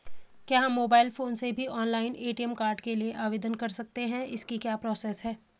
क्या हम mobile phone से भी ऑनलाइन ए.टी.एम कार्ड के लिए आवेदन कर सकते हैं इसकी क्या प्रोसेस है?